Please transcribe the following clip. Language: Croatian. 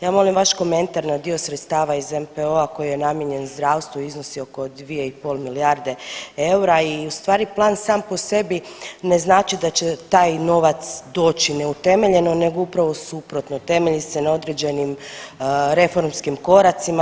Ja molim vaš komentar na dio sredstava iz NPOO-a koji je namijenjen zdravstvu i iznosi oko 2,5 milijarde eura i u stvari plan sam po sebi ne znači da će taj novac doći neutemeljeno nego upravo suprotno, temelji se na određenim reformskim koracima.